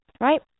right